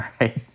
right